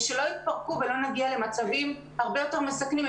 כדי שלא יתפרקו ולא נגיע למצבים הרבה יותר מסכנים.